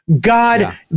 God